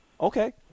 Okay